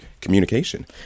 communication